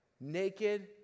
naked